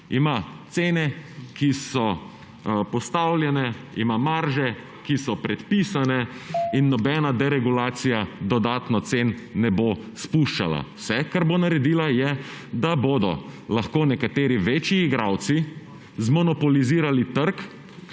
Ima cene, ki so postavljene, ima marže, ki so predpisane, in nobena deregulacija ne bo dodatno cen spuščala. Vse, kar bo naredila, je, da bodo lahko nekateri večji igralci zmonopolizirali trg